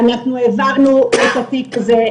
העברנו את התיק הזה,